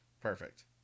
perfect